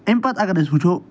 اَمہِ پَتہٕ اَگر أسۍ وٕچھو